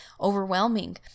overwhelming